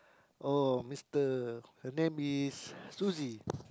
oh mister her name is Suzy